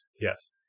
Yes